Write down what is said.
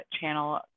channel